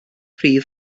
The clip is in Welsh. rhif